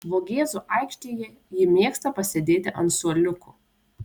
vogėzų aikštėje ji mėgsta pasėdėti ant suoliukų